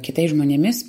kitais žmonėmis